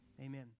Amen